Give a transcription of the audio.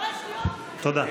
תודה.